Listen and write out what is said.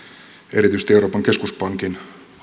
erityisesti euroopan keskuspankin